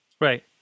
Right